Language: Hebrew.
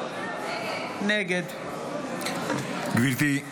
נגד גברתי,